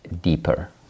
deeper